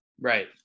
Right